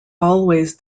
always